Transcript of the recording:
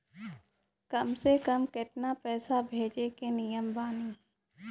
कम से कम केतना पैसा भेजै के नियम बानी?